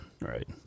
Right